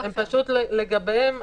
לגביהם,